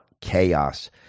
chaos